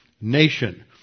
nation